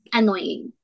annoying